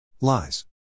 Lies